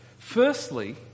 Firstly